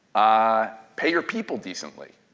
ah pay your people decently.